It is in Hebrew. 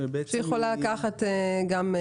שיכולה לקחת זמן רב.